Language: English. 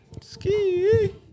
Ski